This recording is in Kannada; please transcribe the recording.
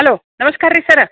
ಹಲೋ ನಮಸ್ಕಾರ್ರಿ ಸರ